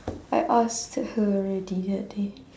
I asked her already that day